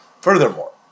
Furthermore